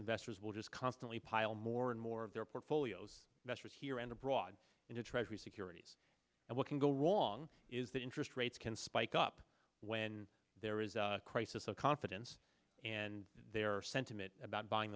investors will just constantly pile more and more of their portfolios measures here and abroad in the treasury securities and what can go wrong is that interest rates can spike up when there is a crisis of confidence and there are sentiment about buying